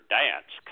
dance